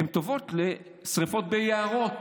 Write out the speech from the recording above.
הן טובות לשרפות ביערות,